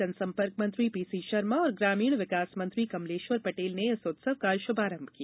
जनसंपर्क मंत्री पीसी शर्मा और ग्रामीण विकास मंत्री कमलेश्वर पटेल ने इस उत्सव का शुभारंभ किया